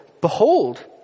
Behold